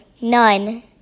None